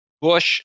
Bush